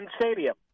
Stadium